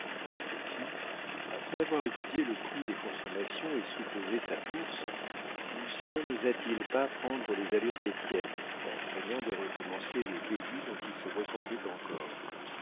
aussi après avoir étudié le prix des consommations et soupesé sa bourse lucien nosa t il pas prendre les allures d'étienne en craignant de recommencer les bévues dont il se repentait encore